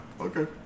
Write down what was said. okay